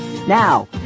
Now